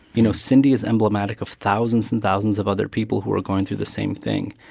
you know, cindy is emblematic of thousands and thousands of other people who are going through the same thing.